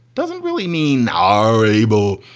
doesn't really mean are able.